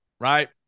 right